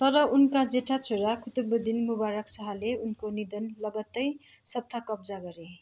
तर उनका जेठा छोरा कुतुबुद्दिन मुबारक शाहले उनको निधन लगत्तै सत्ता कब्जा गरे